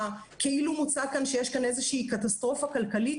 כאילו מוצג שיש כאן איזושהי קטסטרופה כלכלית,